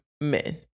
men